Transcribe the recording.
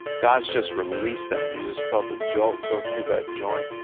god has just released that. you just felt a jolt go through that joint.